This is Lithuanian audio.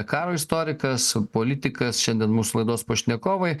karo istorikas politikas šiandien mūsų laidos pašnekovai